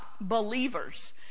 believers